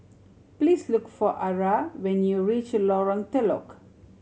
please look for Ara when you reach Lorong Telok